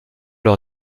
leur